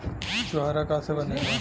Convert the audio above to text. छुआरा का से बनेगा?